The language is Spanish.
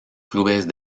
clubes